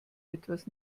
etwas